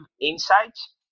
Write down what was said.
insights